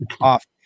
off